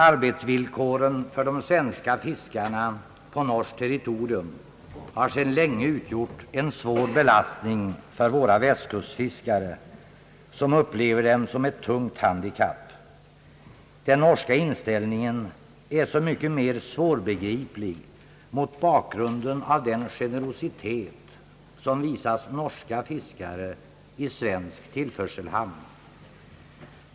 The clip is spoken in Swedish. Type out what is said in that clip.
Arbetsvillkoren för svenska fiskare på norskt territorium utgör sedan länge en svår belastning för västkustfiskarna, som upplever dem som ett tungt handikapp. Den norska inställningen är så mycket mera svårbegriplig mot bakgrunden av den generositet som visas norska fiskare i svensk tillförselhamn.